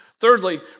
Thirdly